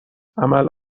عمل